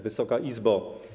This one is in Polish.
Wysoka Izbo!